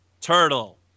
turtle